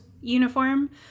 uniform